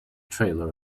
trailer